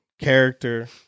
character